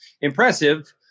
impressive